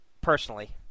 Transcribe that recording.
Personally